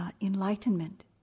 enlightenment